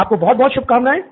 आपको बहुत बहुत शुभकामनाएं